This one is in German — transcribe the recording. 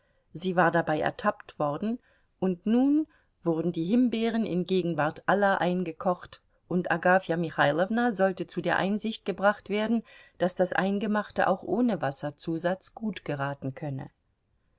sie war dabei ertappt worden und nun wurden die himbeeren in gegenwart aller eingekocht und agafja michailowna sollte zu der einsicht gebracht werden daß das eingemachte auch ohne wasserzusatz gut geraten könne